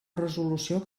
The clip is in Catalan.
resolució